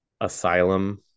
asylum